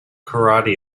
karate